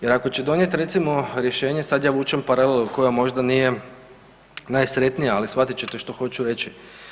Jer ako će donijeti recimo rješenje sad ja vučem paralelu koja možda nije najsretnija, ali shvatit ćete što hoću reći.